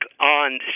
on